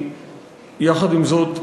יחד עם זאת,